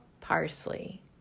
parsley